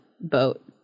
Boat